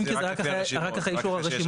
20 כי זה רק אחרי אישור הרשימות.